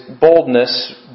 boldness